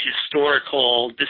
historical